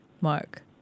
mark